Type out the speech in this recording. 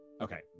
Okay